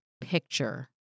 picture